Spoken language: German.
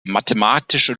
mathematische